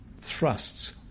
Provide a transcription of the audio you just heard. thrusts